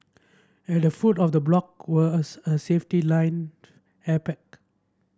at the foot of the block were a a safety line air pack